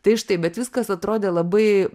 tai štai bet viskas atrodė labai